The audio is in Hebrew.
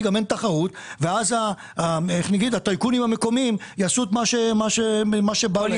גם אין תחרות והטייקונים המקומיים עושים מה שבא להם.